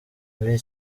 muri